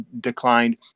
declined